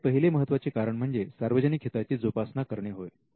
याचे पहिले महत्वाचे कारण म्हणजे सार्वजनिक हिताची जोपासना करणे होय